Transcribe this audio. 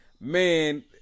man